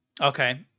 Okay